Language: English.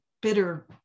bitter